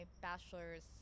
bachelor's